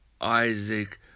Isaac